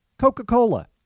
Coca-Cola